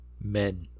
Men